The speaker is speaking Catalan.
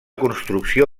construcció